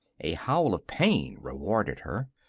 a howl of pain rewarded her.